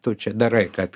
tu čia darai kad